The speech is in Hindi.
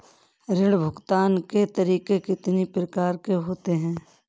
ऋण भुगतान के तरीके कितनी प्रकार के होते हैं?